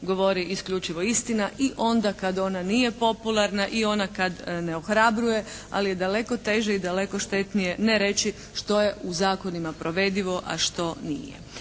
govori isključivo istina i onda kad ona nije popularna i onda kad ne ohrabruje ali je daleko teže i daleko štetnije što je u zakonima provedivo a što nije.